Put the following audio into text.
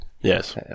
Yes